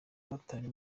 batawe